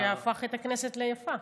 שהפך את הכנסת ליפה.